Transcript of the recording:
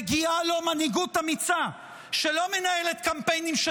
מגיעה לו מנהיגות אמיצה שלא מנהלת קמפיינים של